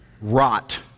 rot